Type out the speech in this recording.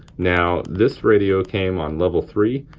now this radio came on level three.